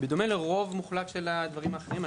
בדומה לרוב מוחלט של הדברים האחרים.